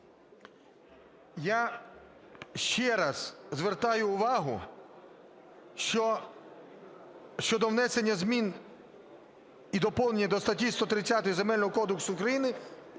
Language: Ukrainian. Я ще раз звертаю увагу щодо внесення змін і доповнень до статті 130 Земельного кодексу України